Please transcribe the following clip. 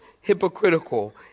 hypocritical